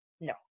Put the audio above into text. No